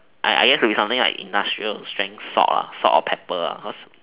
I I guess would be something like industrial strength salt salt or pepper